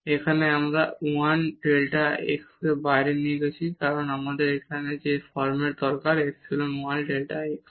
এখানে আমরা এই 1 ডেল্টা এক্সকে বাইরে নিয়ে গেছি কারণ আমাদের এখানে সেই ফরম্যাট দরকার এপসাইলন1 ডেল্টা x